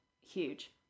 huge